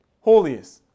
holiest